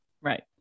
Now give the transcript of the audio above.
Right